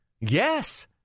Yes